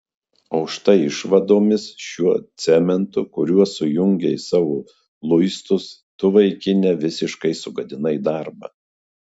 o štai išvadomis šiuo cementu kuriuo sujungei savo luistus tu vaikine visiškai sugadinai darbą